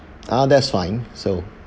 ah that's fine so